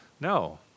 No